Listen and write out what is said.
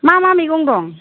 मा मा मैगं दं